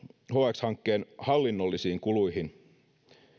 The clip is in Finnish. hx hankkeen hallinnollisiin kuluihin